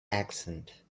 accent